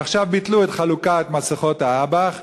ועכשיו ביטלו את חלוקת מסכות האב"כ,